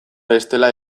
bestela